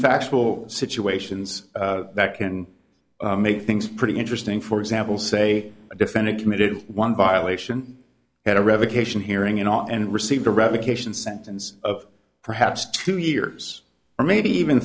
factual situations that can make things pretty interesting for example say a defendant committed one violation had a revocation hearing it and received a revocation sentence of perhaps two years or maybe even